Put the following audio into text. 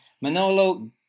Manolo